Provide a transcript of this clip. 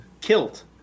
kilt